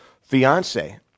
fiance